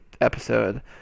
episode